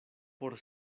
por